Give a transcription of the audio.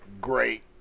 great